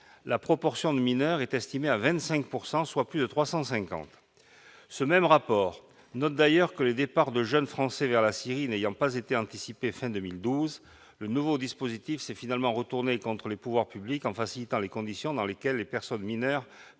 la proportion de mineurs est estimée à 25 %, soit plus de 350. Ce même rapport note d'ailleurs que « les départs de jeunes Français vers la Syrie n'ayant pas été anticipés fin 2012, le nouveau dispositif s'est finalement retourné contre les pouvoirs publics en facilitant les conditions dans lesquelles les personnes mineures